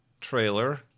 trailer